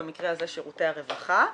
במקרה הזה שירותי הרווחה,